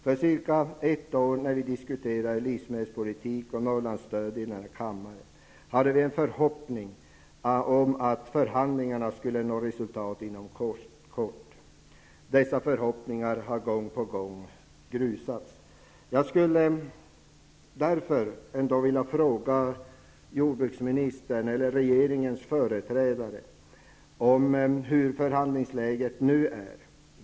För ungefär ett år sedan, när vi diskuterade livsmedelspolitik och Norrlandsstöd här i kammaren, hade vi en förhoppning om att förhandlingarna skulle nå reslutat inom kort. Dessa förhoppningar har gång på gång grusats. Jag skulle därför ändå vilja fråga jordbruksministern eller regeringens företrädare om hur förhandlingsläget nu är.